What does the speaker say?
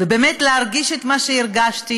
ובאמת להרגיש את מה שהרגשתי,